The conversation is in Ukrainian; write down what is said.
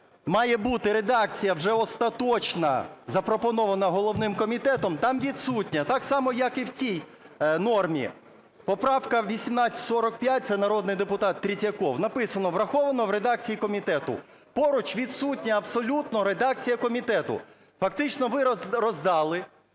має бути редакція вже остаточна, запропонована головним комітетом, там відсутня так само як і в цій нормі. Поправка 1845, це народний депутат Третьяков, написано: "враховано в редакції комітету", – поруч відсутня абсолютно редакція комітету. Фактично ви роздали